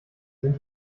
sind